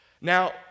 Now